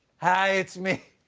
hi, it's me